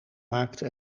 maakte